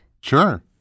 Sure